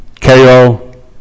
KO